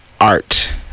art